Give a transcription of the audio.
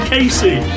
Casey